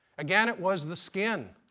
again, it was the skin.